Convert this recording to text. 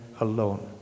alone